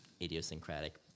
idiosyncratic